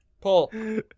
pull